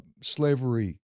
slavery